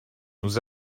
nous